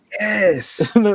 yes